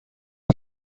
市郊